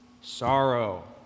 sorrow